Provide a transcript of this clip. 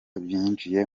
byinjiye